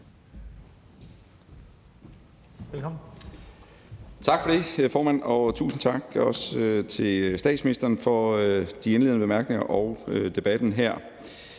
Tak for det, formand, og også tusind tak til statsministeren for de indledende bemærkninger og debatten her.